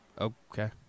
Okay